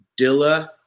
Dilla